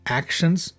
actions